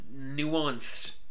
nuanced